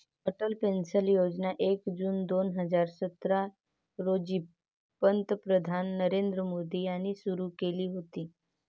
Atal pension योजना एक जून दोन हजार सतरा रोजी पंतप्रधान नरेंद्र मोदी यांनी सुरू केली होती